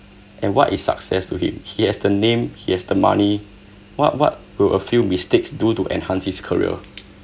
and what is success to him he has the name he has the money what what will a few mistakes do to enhance his career